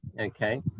Okay